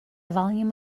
volume